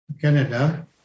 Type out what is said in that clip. Canada